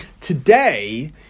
Today